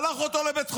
שלח אותו לבית חולים.